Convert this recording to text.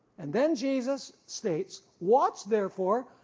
and then jesus states. watch therefore,